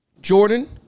Jordan